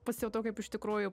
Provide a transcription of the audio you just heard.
pasijutau kaip iš tikrųjų